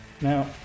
Now